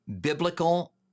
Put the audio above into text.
biblical